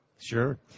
Sure